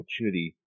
opportunity